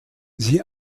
sie